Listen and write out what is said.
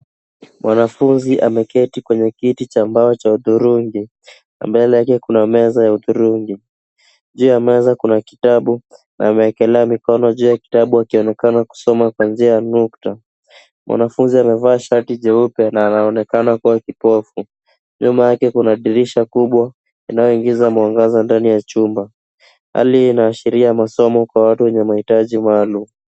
Mwanafunzi ameketi kwenye kiti cha mbao cha hudhurungi na mbele yake kuna meza ya hudhurungi. Juu ya meza kuna kitabu na ameekelea mkono juu ya kitabu akionekana kusoma kwa njia ya nukta. Mwanafunzi amevaa shati nyeupe na anaonekana kuwa kipofu. Nyuma yake kuna dirisha kubwa inayoingiza mwangaza ndani ya chumba. Hali hii inaashiria masomo kwa watu wenye mahitaji maalum.